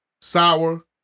sour